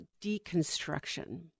deconstruction